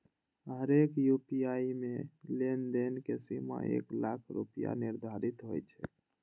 हरेक यू.पी.आई मे लेनदेन के सीमा एक लाख रुपैया निर्धारित होइ छै